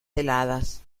heladas